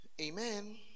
amen